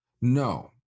No